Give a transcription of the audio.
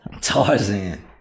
Tarzan